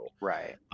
right